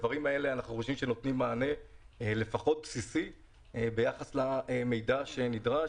אנחנו חושבים שהדברים האלה נותנים מענה בסיסי ביחס למידע שנדרש.